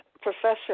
professor